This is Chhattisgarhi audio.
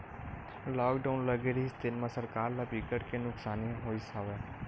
लॉकडाउन लगे रिहिस तेन म सरकार ल बिकट के नुकसानी होइस हवय